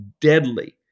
deadly